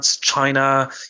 China